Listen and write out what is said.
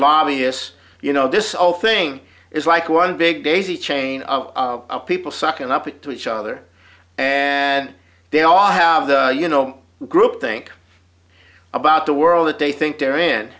lobbyists you know this whole thing is like one big daisy chain of people sucking up to each other and they all have the you know group think about the world that they think they're